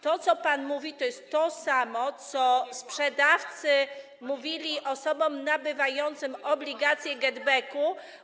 To, co pan mówi, to jest to samo, co sprzedawcy mówili osobom nabywającym obligacje GetBacku.